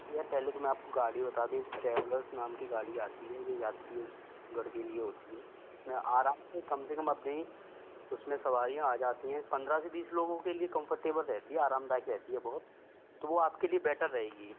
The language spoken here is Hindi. भैया पहले तो मैं आपको गाड़ी बता दूँ ट्रेव्लर्स नाम की गाड़ी आती है जो यात्रीगण के लिए होती है इसमें आराम से कम से कम अपनी उसमें सवारियाँ आ जाती है पंद्रह से बीस लोगों के लिए कम्फ़र्टेबल रहती है आरामदायक रहती है बहुत तो वह आपके लिए बैटर रहेगी